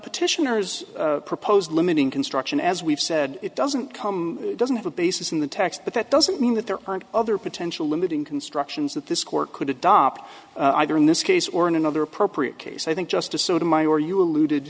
petitioners proposed limiting construction as we've said it doesn't come doesn't have a basis in the text but that doesn't mean that there aren't other potential limiting constructions that this court could adopt either in this case or in another appropriate case i think justice sotomayor you alluded